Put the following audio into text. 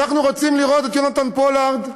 אנחנו רוצים לראות את יונתן פולארד,